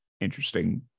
interesting